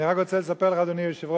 אני רק רוצה לספר לך, אדוני היושב-ראש,